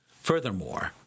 Furthermore